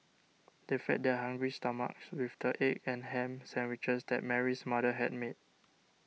they fed their hungry stomachs with the egg and ham sandwiches that Mary's mother had made